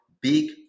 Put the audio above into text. big